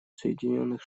соединенных